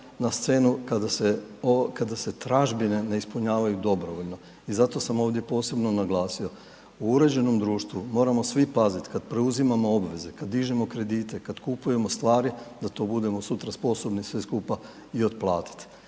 na scenu kada se tražbine ne ispunjavaju dobrovoljno i zato sam ovdje posebno naglasio. U uređenom društvu moramo svi paziti kada preuzimamo obveze, kada dižemo kredite, kada kupujemo stvari da to budemo sutra sposobni sve skupa i otplatiti,